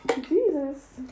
Jesus